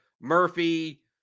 Murphy